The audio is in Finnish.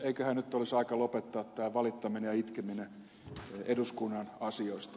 eiköhän nyt olisi aika lopettaa tämä valittaminen ja itkeminen eduskunnan asioista